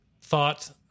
thought